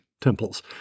temples